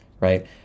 right